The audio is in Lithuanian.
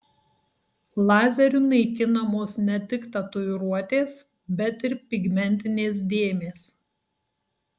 lazeriu naikinamos ne tik tatuiruotės bet ir pigmentinės dėmės